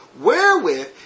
wherewith